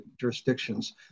jurisdictions